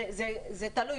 זה תלוי,